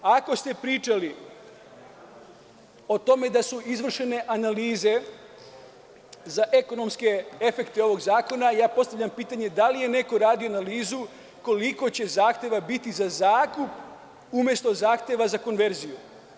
Ako ste pričali o tome da su izvršene analize za ekonomske efekte ovog zakona, ja postavljam pitanje - da li je neko radio analizu koliko će zahteva biti za zakup umesto zahteva za konverziju?